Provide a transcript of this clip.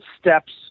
steps